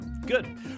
good